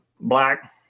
black